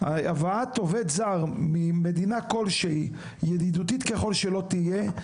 הבאת עובד זר ממדינה כלשהי ידידותית ככל שלא תהיה,